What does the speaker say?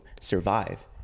survive